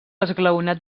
esglaonat